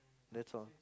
that's all